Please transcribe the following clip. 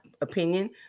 opinion